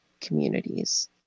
communities